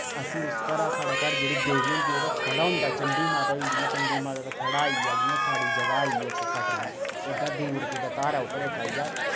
असें उस घरा दा साढ़ै घर जेह्ड़ी देवी होंदी ओह्दा थड़ा होंदा चंडी माता होई जियां चंडी माता दा थड़ा आई गेआ जियां साढ़ी जगह आई गेई इक कटरै ओह्दे दूर कुतै धारें उप्पर इक आई गेआ